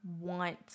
want